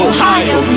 Ohio